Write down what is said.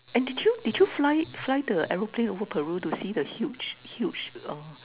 and did you did you fly fly the aeroplane over Peru to see the huge huge uh